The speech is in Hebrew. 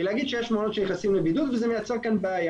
להגיד שיש מעונות שנכנסים לבידוד וזה מייצר כאן בעיה,